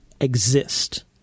exist